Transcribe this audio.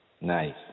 Nice